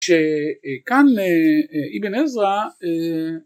שכאן אבן עזרא